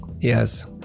Yes